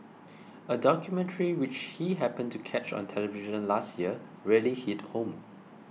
a documentary which he happened to catch on television last year really hit home